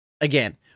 Again